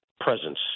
presence